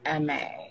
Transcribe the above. Ma